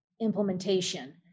implementation